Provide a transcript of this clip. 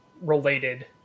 related